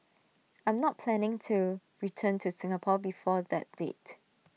I'm not planning to return to Singapore before that date